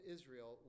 Israel